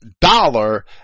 dollar